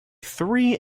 three